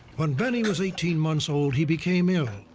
when benny was eighteen months old, he became ill.